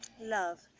love